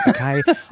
okay